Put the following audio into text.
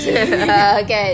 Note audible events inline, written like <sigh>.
<noise> kan